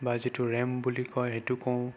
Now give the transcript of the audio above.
বা যিটো ৰেম বুলি কয় সেইটো কওঁ